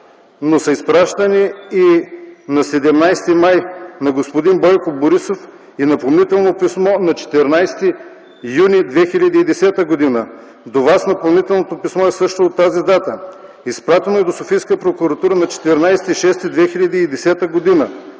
но са изпращани и на 17 май на господин Бойко Борисов и напомнително писмо – на 14 юни 2010 г. До Вас напомнителното писмо е също от тази дата. Изпратено е до Софийската прокуратура на 14 юни 2010 г.